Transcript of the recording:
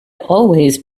always